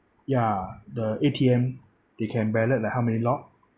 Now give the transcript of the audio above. ya the A_T_M they can ballot like how many lot